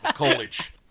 college